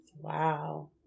Wow